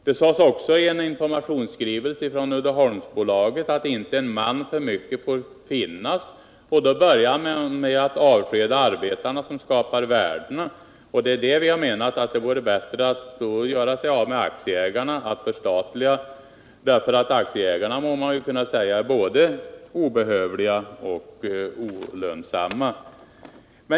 Det sades också i en informationsskrivelse från Uddeholmsbolaget att inte en man för mycket får finnas. Man började med att avskeda arbetarna, som skapar värdena. Vi har menat att det vore bättre att göra sig av med aktieägarna, att förstatliga. Man kan ju säga att aktieägarna är både obehövliga och olönsamma.